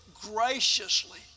graciously